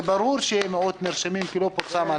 זה ברור שיהיה מיעוט נרשמים כי זה לא פורסם.